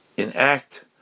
enact